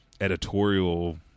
editorial